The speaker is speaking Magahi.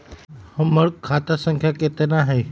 हमर खाता संख्या केतना हई?